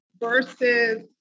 versus